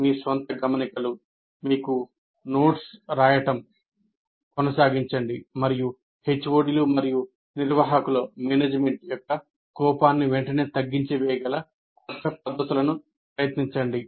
మీ స్వంత గమనికలు 'మీకు నోట్స్' రాయడం కొనసాగించండి మరియు HOD లు మరియు నిర్వాహకుల యొక్క కోపాన్ని వెంటనే తగ్గించి వేయగల కొత్త పద్ధతులను ప్రయత్నించండి